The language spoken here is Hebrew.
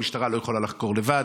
המשטרה לא יכולה לחקור לבד,